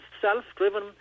self-driven